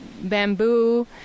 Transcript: bamboo